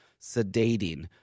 sedating